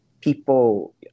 people